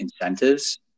incentives